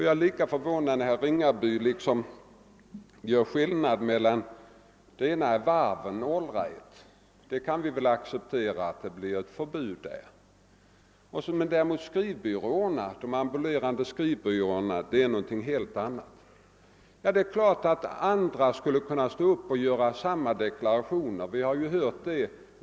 Jag är lika förvånad när herr Ringaby liksom gör skillnad mellan olika slag av arbetsförmedling. Då det gäller varven kan han acceptera att det blir förbud. Men de ambulerande skrivbyråer na är någonting helt annat, menar han. Det är klart att andra skulle kunna stå upp och göra liknande deklarationer. Det har vi ju hört.